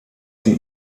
sie